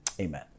Amen